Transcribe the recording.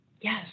Yes